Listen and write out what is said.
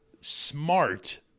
smart